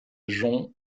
jong